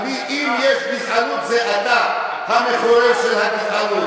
אם יש גזענות זה אתה, המחולל של הגזענות.